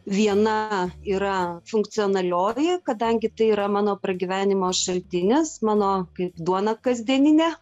viena yra funkcionalioji kadangi tai yra mano pragyvenimo šaltinis mano kaip duona kasdieninė